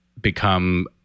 become